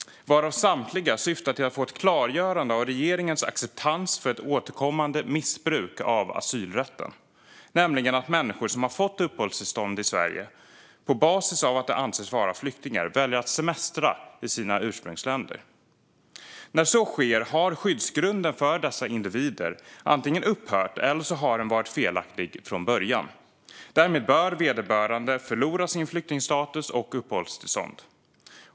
Samtliga syftar till att få ett klargörande när det gäller regeringens acceptans för ett återkommande missbruk av asylrätten, nämligen att människor som har fått uppehållstillstånd i Sverige på basis av att de anses vara flyktingar väljer att semestra i sina ursprungsländer. När så sker har skyddsgrunden för dessa individer antingen upphört eller varit felaktig från början. Därmed bör vederbörande förlora sin flyktingstatus och sitt uppehållstillstånd.